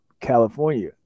California